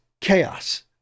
chaos